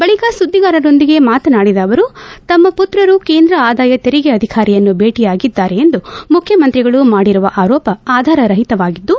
ಬಳಿಕ ಸುದ್ದಿಗಾರರೊಂದಿಗೆ ಮಾತನಾಡಿದ ಅವರು ತಮ್ನ ಪುತ್ರರು ಕೇಂದ್ರ ಆದಾಯ ತೆರಿಗೆ ಆಧಿಕಾರಿಯನ್ನು ಬೇಟಿಯಾಗಿದ್ದಾರೆ ಎಂದು ಮುಖ್ಯಮಂತ್ರಿಗಳು ಮಾಡಿರುವ ಆರೋಪ ಆಧಾರ ರಹಿತವಾಗಿದ್ದು